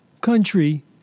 country